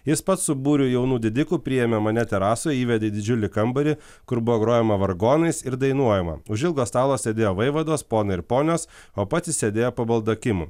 jis pats su būriu jaunų didikų priėmė mane terasoj įvedė į didžiulį kambarį kur buvo grojama vargonais ir dainuojama už ilgo stalo sėdėjo vaivados ponai ir ponios o pats jis sėdėjo po baldakimu